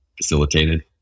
facilitated